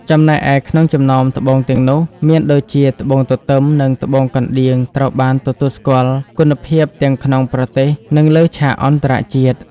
ចំណែកឯក្នុងចំណោមត្បូងទាំងនោះ មានដូចជាត្បូងទទឹម និងត្បូងកណ្តៀងត្រូវបានទទួលស្គាល់គុណភាពទាំងក្នុងប្រទេស និងលើឆាកអន្តរជាតិ។